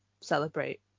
celebrate